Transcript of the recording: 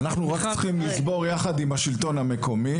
אנחנו רק צריכים לסגור יחד עם השלטון המקומי.